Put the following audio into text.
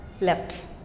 left